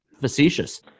facetious